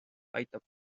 aitab